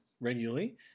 regularly